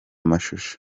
mashusho